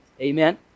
Amen